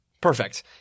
Perfect